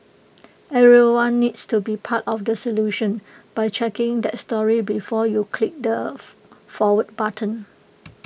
everyone needs to be part of the solution by checking that story before you click the forward button